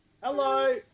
Hello